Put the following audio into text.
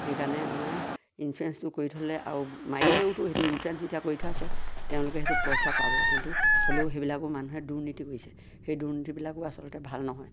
সেইকাৰণে আমাৰ ইঞ্চুৰেঞ্চটো কৰি থ'লে আৰু মাৰিলেওতো সেইটো ইঞ্চুৰেঞ্চ যেতিয়া কৰি থোৱা আছে তেওঁলোকে সেইটো পইচা পাব কিন্তু হ'লেও সেইবিলাকো মানুহে দুৰ্নীতি কৰিছে সেই দুৰ্নীতিবিলাকো আচলতে ভাল নহয়